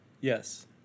Yes